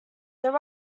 there